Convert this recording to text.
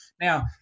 Now